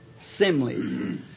Similes